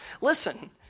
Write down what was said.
Listen